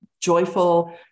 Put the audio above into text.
joyful